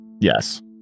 Yes